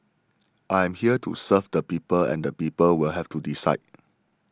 I'm here to serve the people and the people will have to decide